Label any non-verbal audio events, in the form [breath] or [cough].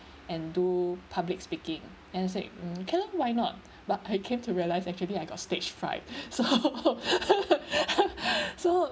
and do public speaking and I say mm okay lah why not but I came to realise actually I got stage fright [breath] so [laughs] so